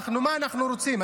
מה אנחנו רוצים?